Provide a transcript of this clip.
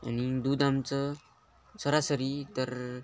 आणि दूध आमचं सरासरी तर